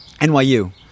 nyu